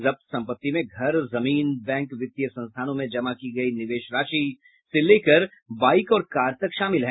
जब्त संपत्ति में घर जमीन बैंक वित्तीय संस्थानों में जमा की गयी निवेश राशि से लेकर बाईक और कार तक शामिल हैं